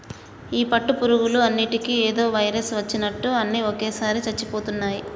ఈ పట్టు పురుగులు అన్నిటికీ ఏదో వైరస్ వచ్చినట్టుంది అన్ని ఒకేసారిగా చచ్చిపోతున్నాయి